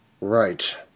Right